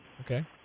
Okay